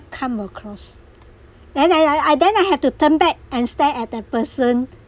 come across then I I I then I had to turn back and stare at that person